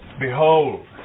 behold